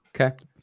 Okay